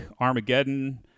Armageddon